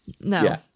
no